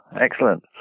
excellent